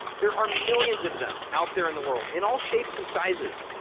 there are millions of them out there in the world, in all shapes and sizes.